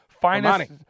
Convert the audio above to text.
Finest